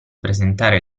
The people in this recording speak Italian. presentare